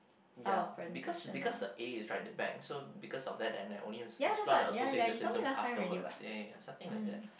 ya because because the A is right at the back so because of that so I only explore the associate symptom afterwards ya ya something like that